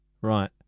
Right